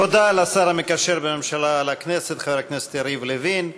תודה לשר המקשר בין הממשלה לכנסת חבר הכנסת יריב לוין.